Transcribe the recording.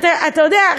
אתה יודע,